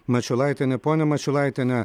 mačiulaitienė ponia mačiulaitiene